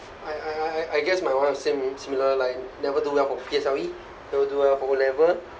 I I I I guess my one same similar like never do well for P_S_L_E never do well for O level